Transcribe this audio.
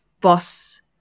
boss